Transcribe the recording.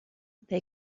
they